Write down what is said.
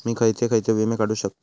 मी खयचे खयचे विमे काढू शकतय?